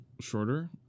shorter